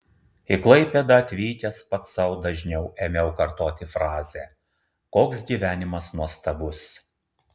į klaipėdą atvykęs pats sau dažniau ėmiau kartoti frazę koks gyvenimas nuostabus